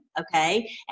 okay